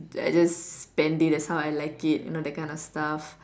I just spend it as how I like it you know that kind of stuff